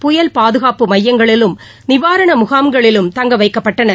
புயல் பாதுகாப்பு மையங்களிலும் நிவாரண முகாம்களிலும் தங்க வைக்கப்பட்டனர்